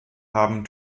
haben